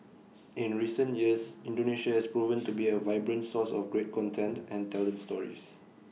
in recent years Indonesia has proven to be A vibrant source of great content and talent stories